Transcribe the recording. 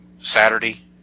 Saturday